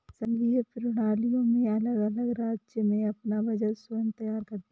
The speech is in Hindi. संघीय प्रणालियों में अलग अलग राज्य भी अपना बजट स्वयं तैयार करते हैं